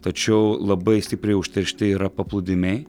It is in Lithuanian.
tačiau labai stipriai užteršti yra paplūdimiai